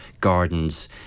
gardens